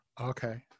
Okay